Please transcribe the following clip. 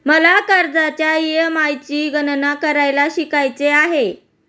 मला कर्जाच्या ई.एम.आय ची गणना करायला शिकायचे आहे